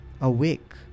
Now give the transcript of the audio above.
awake